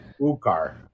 Ucar